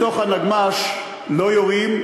בתוך הנגמ"ש לא יורים.